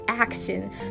action